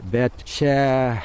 bet čia